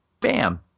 bam